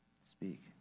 Speak